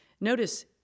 Notice